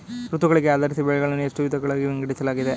ಋತುಗಳಿಗೆ ಆಧರಿಸಿ ಬೆಳೆಗಳನ್ನು ಎಷ್ಟು ವಿಧಗಳಾಗಿ ವಿಂಗಡಿಸಲಾಗಿದೆ?